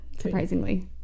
surprisingly